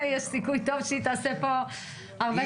יש סיכוי טוב שהיא תעשה פה הרבה טוב.